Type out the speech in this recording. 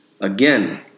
again